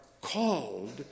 called